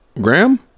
Graham